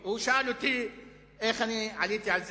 הוא שאל אותי איך אני עליתי על זה.